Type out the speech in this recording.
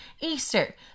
Easter